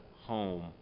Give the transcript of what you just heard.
home